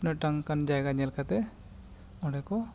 ᱢᱮᱫᱴᱟᱝ ᱚᱱᱠᱟᱱ ᱡᱟᱭᱜᱟ ᱧᱮᱞ ᱠᱟᱛᱮ ᱚᱸᱰᱮ ᱠᱚ